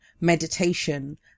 meditation